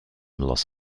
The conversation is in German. los